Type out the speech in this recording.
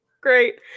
great